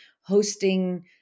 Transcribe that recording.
hosting